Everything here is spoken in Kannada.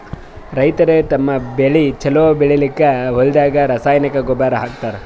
ರೈತರ್ ತಮ್ಮ್ ಬೆಳಿ ಛಲೋ ಬೆಳಿಲಿಕ್ಕ್ ಹೊಲ್ದಾಗ ರಾಸಾಯನಿಕ್ ಗೊಬ್ಬರ್ ಹಾಕ್ತಾರ್